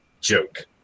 joke